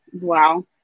Wow